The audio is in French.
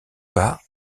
pas